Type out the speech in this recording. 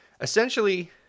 Essentially